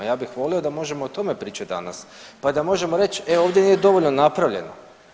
Ja bih volio da možemo o tome pričati danas, pa da možemo reći, e ovdje nije dovoljno napravljeno.